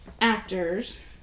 actors